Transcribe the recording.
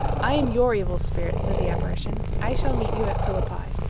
i am your evil spirit, said the apparition. i shall meet you at philippi.